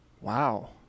Wow